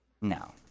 No